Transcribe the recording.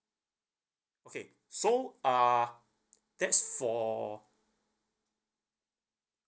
okay so uh that's for